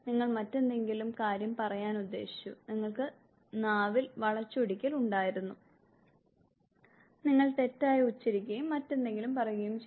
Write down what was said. നിങ്ങൾ മറ്റെന്തെങ്കിലും കാര്യം പറയാൻ ഉദ്ദേശിച്ചു നിങ്ങൾക്ക് നാവിൽ വളച്ചൊടിക്കൽ ഉണ്ടായിരുന്നു നിങ്ങൾ തെറ്റായി ഉച്ചരിക്കുകയും മറ്റെന്തെങ്കിലും പറയുകയും ചെയ്തു